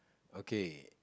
okay